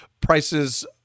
prices